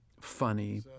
funny